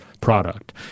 product